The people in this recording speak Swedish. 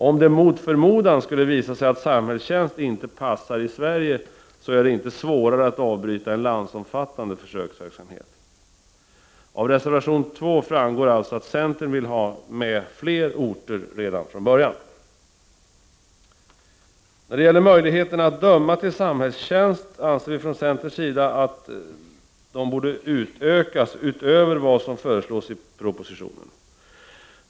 Om det, mot förmodan, skulle visa sig att samhällstjänst inte passar i Sverige så är det inte svårare att avbryta en landsomfattande försöksverksamhet. Av reservation 2 framgår alltså att centern vill ha med fler orter redan från början. Möjligheterna att döma till samhällstjänst anser vi från centerns sida borde utökas utöver vad som föreslås i propositionen.